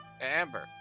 Amber